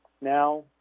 now